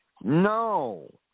No